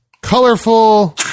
colorful